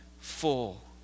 full